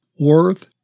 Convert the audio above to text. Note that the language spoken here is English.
worth